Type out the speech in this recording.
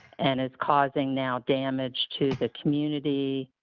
and it's causing now damage to the community,